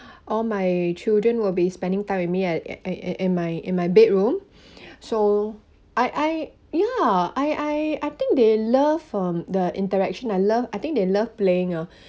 all my children will be spending time with me and in my in my bedroom so I ya I I think they love um the interaction I love I think they love playing uh